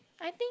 I think